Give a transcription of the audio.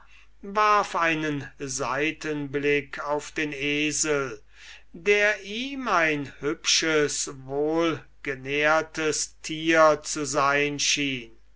warf einen seitenblick auf den esel der ihm ein hübsches wohlgenährtes tier zu sein schien